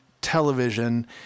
television